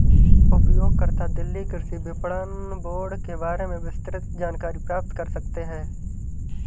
उपयोगकर्ता दिल्ली कृषि विपणन बोर्ड के बारे में विस्तृत जानकारी प्राप्त कर सकते है